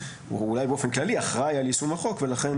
הוא אולי באופן כללי אחראי על יישום החוק ולכן